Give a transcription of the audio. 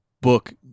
book